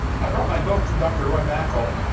i brought my book from dr. roy mackel,